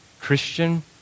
Christian